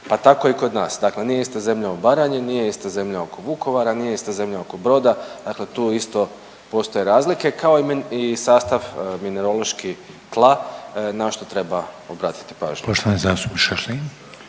pa tako i kod nas. Dakle, nije ista zemlja u Baranji, nije ista zemlja oko Vukovara, nije ista zemlja oko Broda, dakle tu isto postoje razlike kao i sastav mineraloški tla na što treba obratiti pažnju.